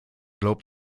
glaubt